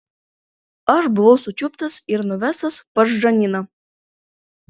aš buvau sučiuptas ir nuvestas pas džaniną